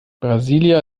brasília